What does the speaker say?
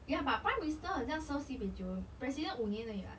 ya but prime minister 好像 serve sibei 久 president 五年而已 [what]